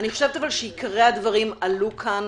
אני חושבת שעיקרי הדברים עלו כאן,